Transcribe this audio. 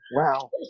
Wow